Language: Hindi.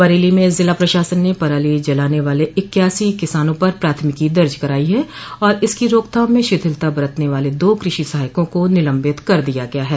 बरेली में जिला प्रशासन ने पराली जलाने वाले इकयासी किसानों पर प्राथमिकी दर्ज कराई है और इसकी रोकथाम में शिथिलता बरतने वाले दो कृषि सहायकों को निलम्बित कर दिया गया है